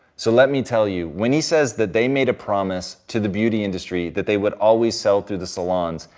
so let me tell you. when he says that they made a promise to the beauty industry that they would always sell to the salons,